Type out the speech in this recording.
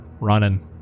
running